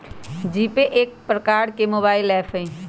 GPay एक प्रकार के मोबाइल ऐप हइ